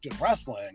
wrestling